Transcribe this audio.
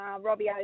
Robbie